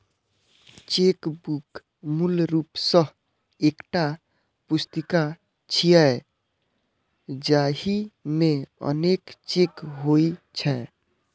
chequebook मूल रूप सं एकटा पुस्तिका छियै, जाहि मे अनेक चेक होइ छै